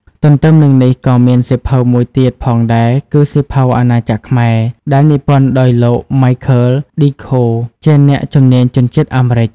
ទន្ទឹមនឹងនេះក៏មានសៀវភៅមួយទៀតផងដែរ គឺ សៀវភៅ អាណាចក្រខ្មែរ ដែលនិពន្ធដោយលោក ម៉ៃឃើល ឌី ខូ Michael D. Coe ជាអ្នកជំនាញជនជាតិអាមេរិក។